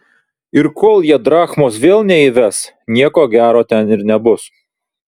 ir kol jie drachmos vėl neįves nieko gero ten ir nebus